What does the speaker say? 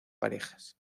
parejas